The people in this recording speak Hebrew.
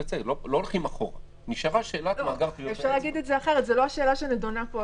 ויכוח שלם והמון דיונים על האם מאגר התמונות הוא